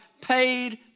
paid